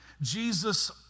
Jesus